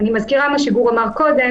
אני מזכירה מה שגור אמר קודם